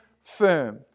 firm